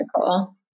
cool